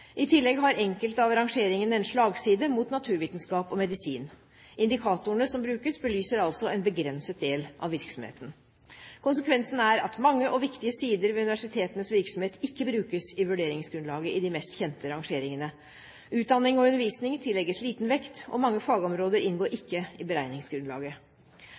I tillegg har enkelte av rangeringene en slagside mot naturvitenskap og medisin. Indikatorene som brukes, belyser altså en begrenset del av virksomheten. Konsekvensen er at mange og viktige sider ved universitetenes virksomhet ikke brukes i vurderingsgrunnlaget i de mest kjente rangeringene. Utdanning og undervisning tillegges liten vekt, og mange fagområder inngår ikke i beregningsgrunnlaget.